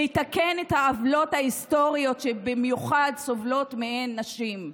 לתקן את העוולות ההיסטוריות שסובלות מהן במיוחד נשים.